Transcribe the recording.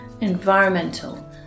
environmental